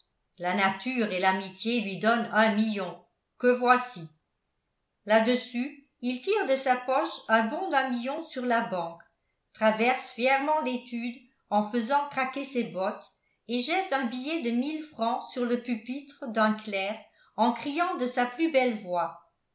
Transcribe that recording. la nature et l'amitié lui donnent un million que voici là-dessus il tire de sa poche un bon d'un million sur la banque traverse fièrement l'étude en faisant craquer ses bottes et jette un billet de mille francs sur le pupitre d'un clerc en criant de sa plus belle voix